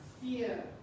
fear